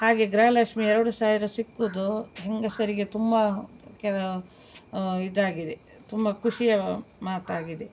ಹಾಗೇ ಗೃಹಲಕ್ಷ್ಮಿ ಎರಡು ಸಾವಿರ ಸಿಕ್ಕೋದು ಹೆಂಗಸರಿಗೆ ತುಂಬ ಕೆಲ ಇದಾಗಿದೆ ತುಂಬ ಖುಷಿಯ ಮಾತಾಗಿದೆ